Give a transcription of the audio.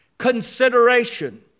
Consideration